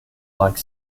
like